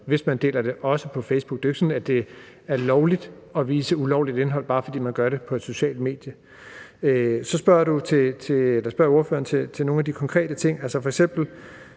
hvis man deler det, også på Facebook. Det er jo ikke sådan, at det er lovligt at vise ulovligt indhold, bare fordi man gør det på et socialt medie. Så spørger ordføreren om nogle af de konkrete ting,